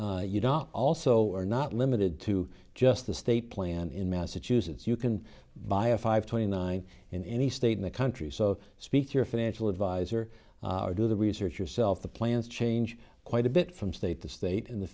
you know also are not limited to just the state plan in massachusetts you can buy a five twenty nine in any state in the country so to speak your financial advisor or do the research yourself the plans change quite a bit from state to state and the